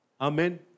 Amen